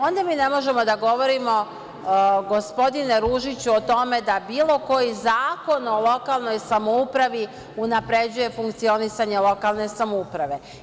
Onda mi ne možemo da govorimo, gospodine Ružiću, o tome da bilo koji zakon o lokalnoj samoupravi unapređuje funkcionisanje lokalne samouprave.